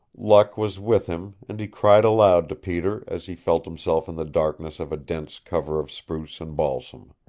luck was with him and he cried aloud to peter as he felt himself in the darkness of a dense cover of spruce and balsam.